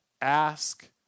ask